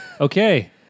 Okay